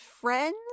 friends